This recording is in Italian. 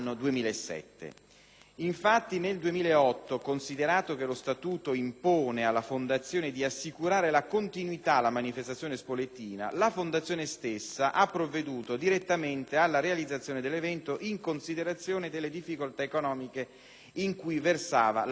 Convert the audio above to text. Infatti nel 2008, considerato che lo statuto impone alla Fondazione di assicurare la continuità alla manifestazione spoletina, la Fondazione stessa ha provveduto direttamente alla realizzazione dell'evento in considerazione delle difficoltà economiche in cui versava l'Associazione.